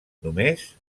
només